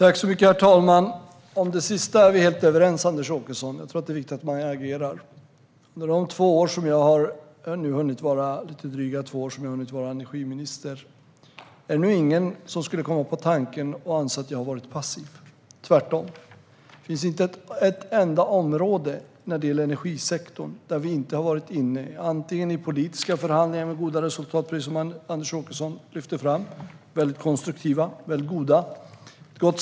Herr talman! Om det sista är vi helt överens, Anders Åkesson. Det är viktigt att man agerar. Efter de dryga två år som jag har hunnit vara energiminister skulle nog ingen komma på tanken att kalla mig passiv. Det finns tvärtom inte ett enda område inom energisektorn där vi inte har varit inne. Vi har exempelvis haft politiska förhandlingar med goda resultat, vilket Anders Åkesson lyfte fram. Dessa förhandlingar var mycket konstruktiva.